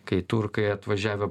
kai turkai atvažiavę